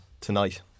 tonight